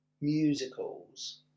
musicals